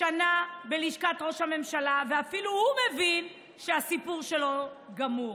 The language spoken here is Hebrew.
שנה בלשכת ראש הממשלה ואפילו הוא מבין שהסיפור שלו גמור.